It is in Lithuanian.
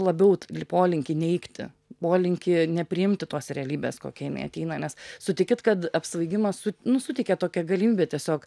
labiau polinkį neigti polinkį nepriimti tos realybės kokia jinai ateina nes sutikit kad apsvaigimas su nu suteikia tokią galimybę tiesiog